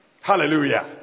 Hallelujah